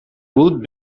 would